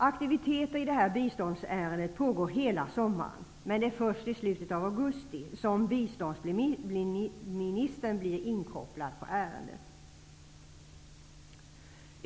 Aktiviteter i det här biståndsärendet pågår hela sommaren, men det är först i slutet av augusti som biståndsministern blir inkopplad.